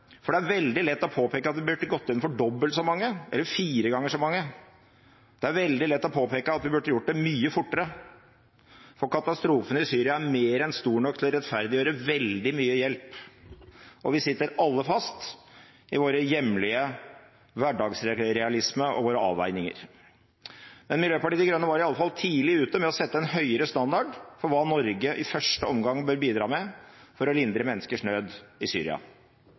for det er veldig lett å påpeke at vi burde gått inn for dobbelt så mange, eller fire ganger så mange. Det er veldig lett å påpeke at vi burde gjort det mye fortere, for katastrofen i Syria er mer enn stor nok til å rettferdiggjøre veldig mye hjelp, og vi sitter alle fast i vår hjemlige hverdagsrealisme og våre avveininger. Men Miljøpartiet De Grønne var iallfall tidlig ute med å sette en høyere standard for hva Norge i første omgang bør bidra med for å lindre menneskers nød i Syria.